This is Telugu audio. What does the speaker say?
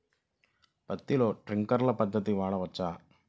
పత్తిలో ట్వింక్లర్ పద్ధతి వాడవచ్చా?